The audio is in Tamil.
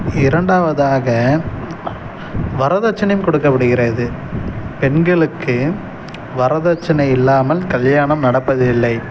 இரண்டாவதாக வரதட்சணையும் கொடுக்கப்படுகிறது பெண்களுக்கு வரதட்சணை இல்லாமல் கல்யாணம் நடப்பதில்லை